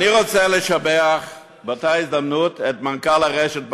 אני רוצה לשבח באותה הזדמנות את מנכ"ל הרשות,